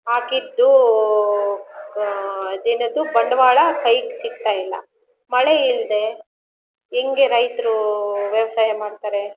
ಹಾಕಿದ್ದು ಅದೇನದು ಬಂಡವಾಳ ಕೈಗೆ ಸಿಗ್ತಾ ಇಲ್ಲ ಮಳೆ ಇಲ್ಲದೆ ಹೆಂಗೆ ರೈತರು ವ್ಯವಸಾಯ ಮಾಡ್ತಾರೆ